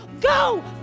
go